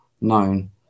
known